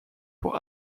pour